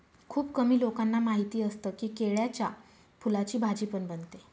खुप कमी लोकांना माहिती असतं की, केळ्याच्या फुलाची भाजी पण बनते